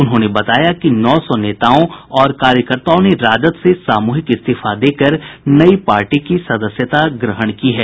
उन्होंने बताया कि नौ सौ नेताओं और कार्यकर्ताओं ने राजद से सामूहिक इस्तीफा देकर नयी पार्टी की सदस्यता ग्रहण की है